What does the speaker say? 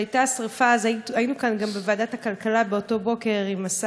היינו כאן בוועדת הכלכלה באותו בוקר עם השר שטייניץ